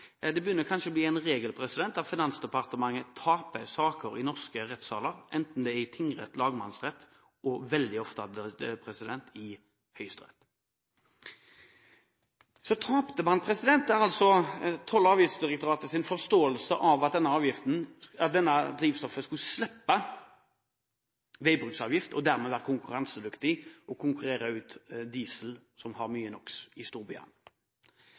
det begynner kanskje å bli en regel – er at Finansdepartementet taper saker i norske rettssaler, enten det er i tingretten eller i lagmannsretten – og veldig ofte i Høyesterett. Så tapte man – altså Toll- og avgiftsdirektoratets forståelse av at dette drivstoffet skulle slippe veibruksavgift og dermed være konkurransedyktig og konkurrere ut diesel, som har mye NOx, i